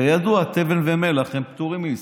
כידוע, התבן והמלח פטורים מעישור.